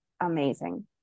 amazing